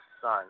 son